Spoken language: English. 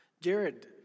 Jared